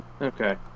Okay